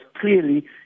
clearly